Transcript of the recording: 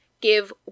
give